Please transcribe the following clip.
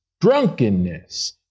drunkenness